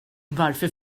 varför